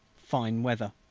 fine weather.